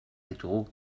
ditugu